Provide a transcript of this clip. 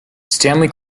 stanley